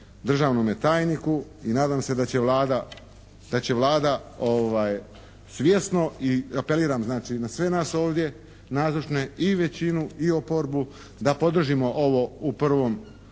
državnome tajniku i nadam se da će Vlada svjesno i apeliram znači na sve nas ovdje nazočne i većinu i oporbu da podržimo ovo u prvom